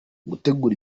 gutegura